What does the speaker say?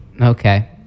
Okay